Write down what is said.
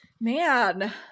man